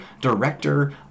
director